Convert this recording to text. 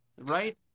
right